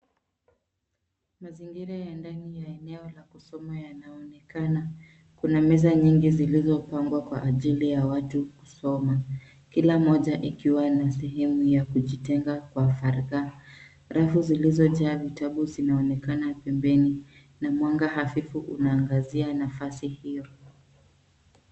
Mazingira ya ndani ya eneo la kusoma yanaonekana. Kuna meza nyingi zilizopangwa kwa ajili ya watu kusoma, kila moja ikiwa sehemu ya kujitenga kwa faragha. Rafu zilizojaa vitabu zinaonekana pembeni na mwanga hafifu unaangazia nafasi hio.